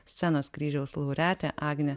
scenos kryžiaus laureatė agnė